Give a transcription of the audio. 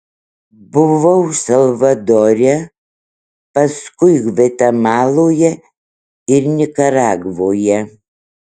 buvau salvadore paskui gvatemaloje ir nikaragvoje